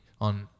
on